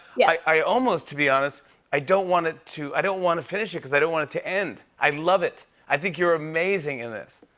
yeah i almost, to be honest i don't want it to i don't want to finish it cause i don't want it to end. i love it. i think you're amazing in this.